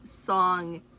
song